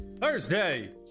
Thursday